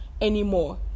anymore